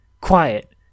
Quiet